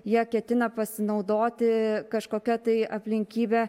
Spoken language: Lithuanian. jie ketina pasinaudoti kažkokia tai aplinkybe